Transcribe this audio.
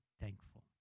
thankful